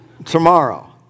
Tomorrow